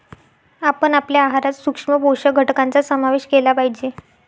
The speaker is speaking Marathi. आपण आपल्या आहारात सूक्ष्म पोषक घटकांचा समावेश केला पाहिजे